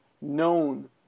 known